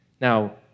Now